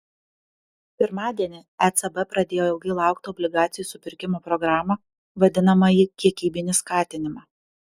pirmadienį ecb pradėjo ilgai lauktą obligacijų supirkimo programą vadinamąjį kiekybinį skatinimą